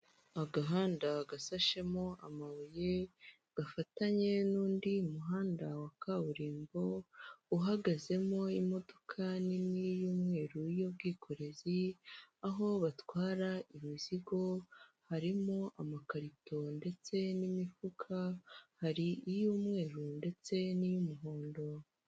Agahanda gasashemo amabuye, gafatanye n'undi muhanda wa kaburimbo, uhagazemo imodoka nini y'umweru, y'ubwikorezi, aho batwara imizigo, harimo amakarito ndetse n'imifuka, hari iy'umweru ndetse n'iy'umuhondo.